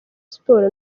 sports